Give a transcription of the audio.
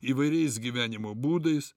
įvairiais gyvenimo būdais